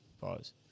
Pause